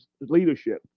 leadership